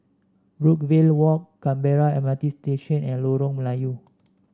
Brookvale Walk Canberra M R T Station and Lorong Melayu